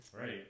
right